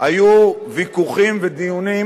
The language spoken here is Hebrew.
היו ויכוחים ודיונים.